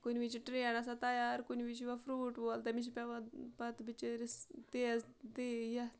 کُنہِ وِز چھِ ٹرٛین آسان تیار کُنہِ وِز چھِ یِوان فرٛوٗٹ وول تٔمِس چھِ پٮ۪وان پَتہٕ بِچٲرِس تیز دی یَتھ